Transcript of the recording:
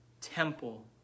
temple